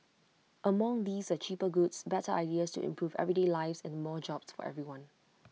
among these are cheaper goods better ideas to improve everyday lives and more jobs for everyone